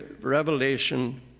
revelation